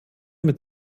mit